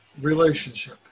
relationship